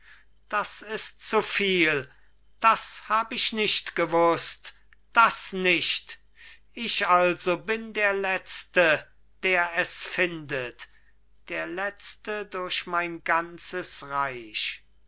das ist zuviel das hab ich nicht gewußt das nicht ich also bin der letzte der es findet der letzte durch mein ganzes reich